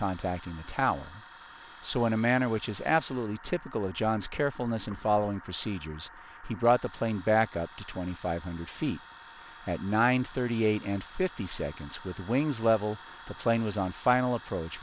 contacting the tower so in a manner which is absolutely typical of john's carefulness and following procedures he brought the plane back up to twenty five hundred feet at nine thirty eight and fifty seconds with the wings level the plane was on final approach